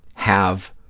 have